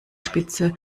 spitze